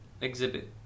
exhibit